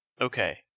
Okay